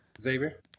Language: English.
Xavier